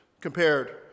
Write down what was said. compared